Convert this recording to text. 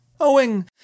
owing